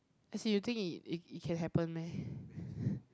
as in you think it it it can happen meh